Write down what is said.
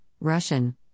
Russian